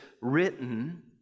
written